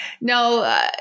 No